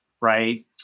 right